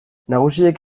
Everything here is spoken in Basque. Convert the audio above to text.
nagusiek